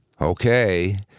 okay